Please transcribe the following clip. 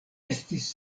estis